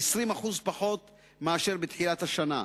20% פחות מאשר בתחילת השנה.